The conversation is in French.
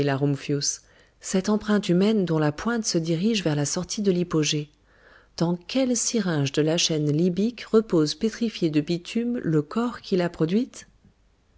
cette empreinte humaine dont la pointe se dirige vers la sortie de l'hypogée dans quelle syringe de la chaîne libyque repose pétrifié de bitume le corps qui l'a produite